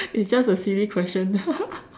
it's just a silly question